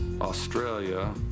australia